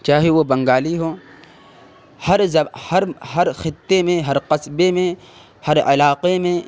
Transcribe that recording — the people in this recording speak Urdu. چاہے وہ بنگالی ہوں ہر ہر خطے میں ہر قصبے میں ہر علاقے میں